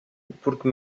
porque